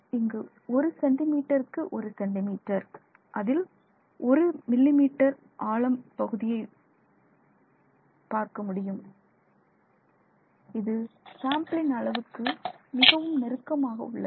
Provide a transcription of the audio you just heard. இங்கு ஒரு சென்டி மீட்டருக்கு ஒரு சென்டிமீட்டர் அதில் ஒரு மில்லி மீட்டர் ஆழம் பகுதியை உள்ள பகுதியை பார்க்க முடியும் இது சாம்பிளின் அளவுக்கு மிகவும் நெருக்கமாக உள்ளது